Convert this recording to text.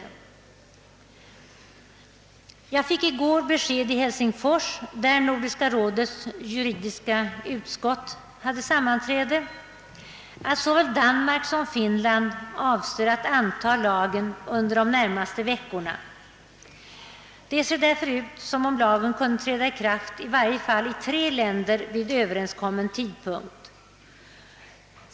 Jag fick i går besked i Helsingfors, där Nordiska rådets juridiska utskott hade sammanträde, att såväl Danmark som Finland avser att anta lagen under de närmaste veckorna. Det ser därför ut som om lagen skulle träda i kraft åtminstone i tre länder vid överenskommen tidpunkt.